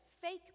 fake